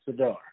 Sadar